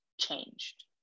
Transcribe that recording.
changed